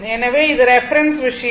எனவே இது ரெபெரென்ஸ் விஷயம்